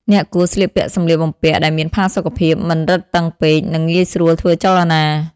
អ្នកគួរស្លៀកពាក់សម្លៀកបំពាក់ដែលមានផាសុកភាព មិនរឹបតឹងពេក និងងាយស្រួលធ្វើចលនា។